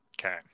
Okay